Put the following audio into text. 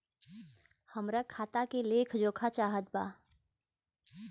हमरा खाता के लेख जोखा चाहत बा?